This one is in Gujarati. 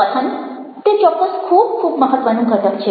કથન તે ચોક્કસ ખૂબ ખૂબ મહત્ત્વનું ઘટક છે